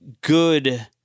good